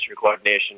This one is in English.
Coordination